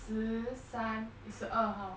十三十二号